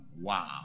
Wow